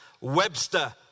Webster